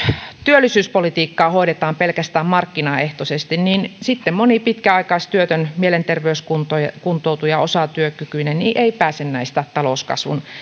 työllisyyspolitiikkaa hoidetaan pelkästään markkinaehtoisesti niin sitten moni pitkäaikaistyötön mielenterveyskuntoutuja tai osatyökykyinen ei pääse näistä talouskasvun